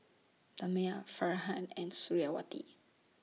Damia Farhan and Suriawati